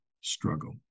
struggle